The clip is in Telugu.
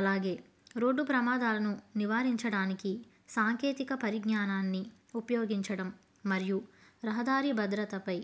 అలాగే రోడ్డు ప్రమాదాలను నివారించడానికి సాంకేతిక పరిజ్ఞానాన్ని ఉపయోగించడం మరియు రహదారి భద్రతపై